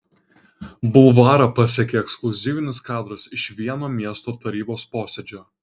bulvarą pasiekė ekskliuzyvinis kadras iš vieno miesto tarybos posėdžio